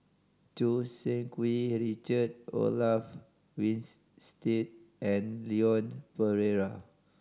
Choo Seng Quee and Richard Olaf and Leon Perera